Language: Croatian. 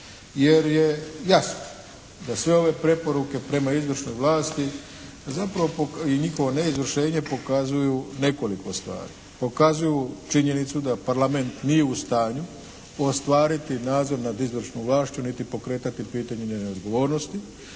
Jer je jasno da sve ove preporuke prema izvršnoj vlasti zapravo, i njihovo neizvršenje, pokazuju nekoliko stvari. Pokazuju činjenicu da Parlament nije u stanju ostvariti nadzor nad izvršnom vlašću niti pokretati pitanje odgovornosti,